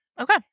Okay